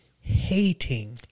hating